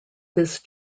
this